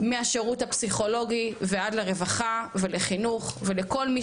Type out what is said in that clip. מהשירות הפסיכולוגי ועד לרווחה ולחינוך ולכל מי